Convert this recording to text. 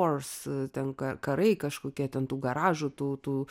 vors ten ka ir karai kažkokie ten tų garažų tų tų